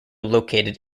located